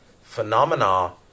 phenomena